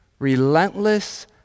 Relentless